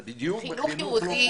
זה בדיוק בחינוך לא פורמלי.